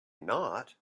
not